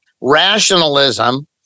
rationalism